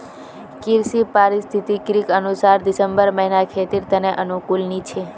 कृषि पारिस्थितिकीर अनुसार दिसंबर महीना खेतीर त न अनुकूल नी छोक